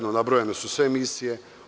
Nabrojane su sve misije.